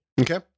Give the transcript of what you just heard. Okay